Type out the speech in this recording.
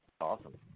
Awesome